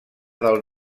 del